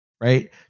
right